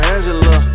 Angela